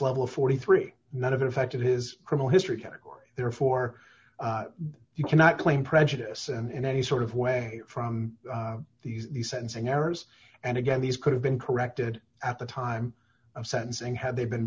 level forty three none of it affected his criminal history category therefore you cannot claim prejudice and in any sort of way from these the sentencing errors and again these could have been corrected at the time of sentencing had they been